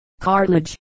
cartilage